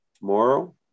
tomorrow